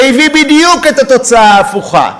זה הביא בדיוק את התוצאה ההפוכה.